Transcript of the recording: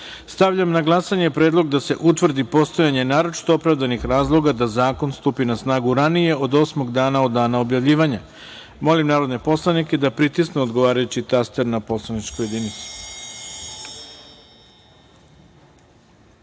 na glasanje Predlog da se utvrdi postojanje naročito opravdanih razloga da zakon stupi na snagu ranije od osmog dana od dana objavljivanja. Molim narodne poslanike da pritisnu odgovarajući taster na poslaničkoj